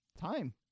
time